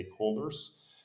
stakeholders